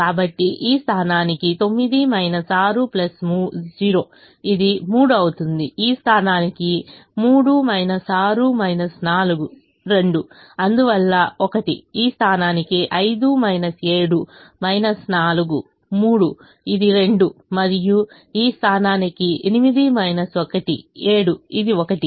కాబట్టి ఈ స్థానానికి 9 6 0 ఇది 3 అవుతుంది ఈ స్థానానికి 3 6 4 2 అందువల్ల 1 ఈ స్థానానికి 5 7 4 3 ఇది 2 మరియు ఈ స్థానానికి 8 1 7 ఇది 1